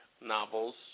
novels